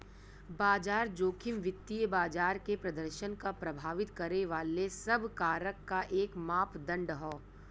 बाजार जोखिम वित्तीय बाजार के प्रदर्शन क प्रभावित करे वाले सब कारक क एक मापदण्ड हौ